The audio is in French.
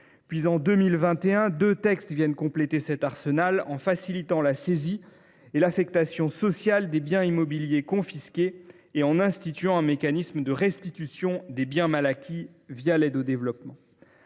Puis, en 2021, deux textes sont venus compléter cet arsenal, en facilitant la saisie et l’affectation sociale des biens immobiliers confisqués et en instituant un mécanisme de restitution des biens mal acquis l’aide au développement.